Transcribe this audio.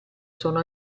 sono